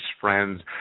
friends